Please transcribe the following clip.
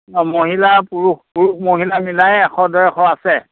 অঁ মহিলা পুৰুষ পুৰুষ মহিলা মিলাই এশ ডেৰশ আছে